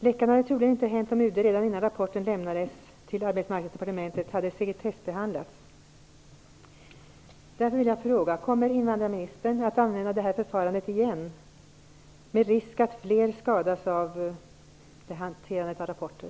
Läckan hade troligen inte uppstått om UD hade sekretessbehandlat rapporten redan innan den lämnades till Arbetsmarknadsdepartementet.